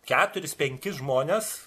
keturis penkis žmones